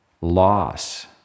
loss